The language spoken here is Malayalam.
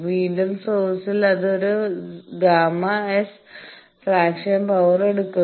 വീണ്ടും സോഴ്സിൽ അത് ഒരു ΓS ഫ്രാക്ഷണൽ പവർ എടുക്കുന്നു